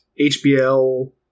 HBL